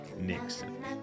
nixon